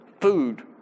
food